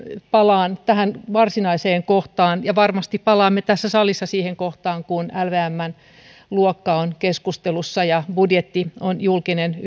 palaan sitten tähän varsinaiseen kohtaan ja varmasti palaamme tässä salissa tähän kohtaan kun lvmn luokka on keskustelussa ja budjetti on julkinen